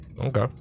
Okay